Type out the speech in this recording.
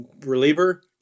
Reliever